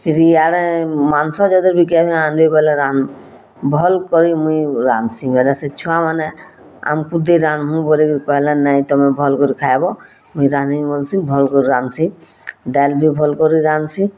ଫିର୍ ଇଆଡ଼େ ମାଂସ ଯଦି ଭି କେଭେ ଆନବେ ବେଲେ ରାନ୍ଧ ଭଲ୍ କରି ମୁଇଁ ରାଁନ୍ଧସି ବେଲେ ସେ ଛୁଆମାନେ ଆମକୁ ଦେ ରାଁନ୍ଧମୁ ବୋଲିକରି କହେଲେ ନାଇଁ ତମେ ଭଲ୍ କରି ଖାଏବ ମୁଇଁ ରାଁନ୍ଧମି ବଲସିଁ ଭଲ୍ କରି ରାଁନ୍ଧସିଁ ଡାଏଲ୍ ବି ଭଲ୍ କରି ରାଁନ୍ଧସିଁ